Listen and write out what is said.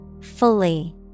Fully